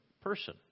person